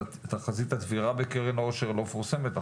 תחזית הצבירה בקרן עושר לא מפורסמת,